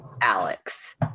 Alex